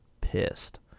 pissed